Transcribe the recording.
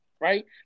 Right